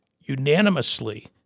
unanimously